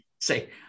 Say